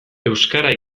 euskara